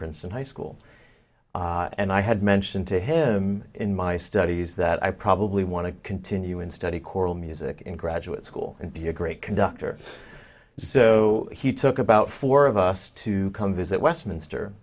princeton high school and i had mentioned to him in my studies that i probably want to continue and study choral music in graduate school and be a great conductor so he took about four of us to come visit westminster